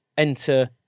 enter